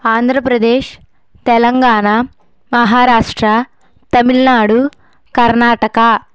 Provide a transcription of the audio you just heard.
Andhra Pradesh Telangana Maharashtra Tamil Nadu Karnataka